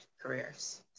careers